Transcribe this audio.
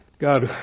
God